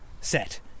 set